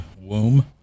womb